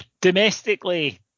domestically